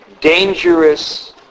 dangerous